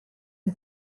che